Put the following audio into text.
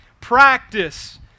practice